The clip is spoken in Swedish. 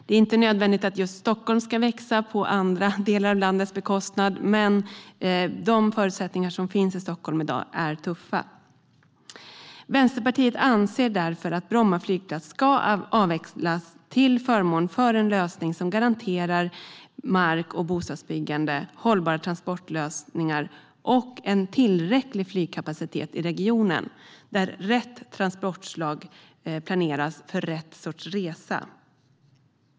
Stockholm ska inte växa på bekostnad av andra delar av landet, men de förutsättningar som finns i Stockholm i dag är tuffa. Vänsterpartiet anser därför att Bromma flygplats ska avvecklas till förmån för en lösning som garanterar mark för bostadsbyggande, hållbara transportlösningar och en tillräcklig flygkapacitet i regionen. Rätt transportslag ska planeras för rätt sorts resa.